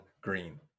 green